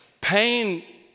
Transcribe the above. pain